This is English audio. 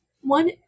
one